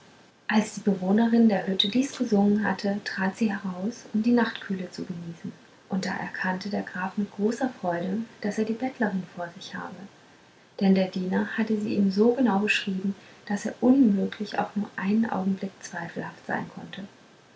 als die bewohnerin der hütte dies gesungen hatte trat sie heraus um die nachtkühle zu genießen und da erkannte der graf mit großer freude daß er die bettlerin vor sich habe denn der diener hatte sie ihm so genau beschrieben daß er unmöglich auch nur einen augenblick zweifelhaft sein konnte